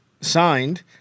signed